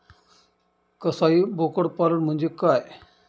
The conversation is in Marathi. कसाई बोकड पालन म्हणजे काय?